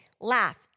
laugh